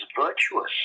virtuous